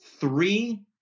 three